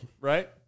right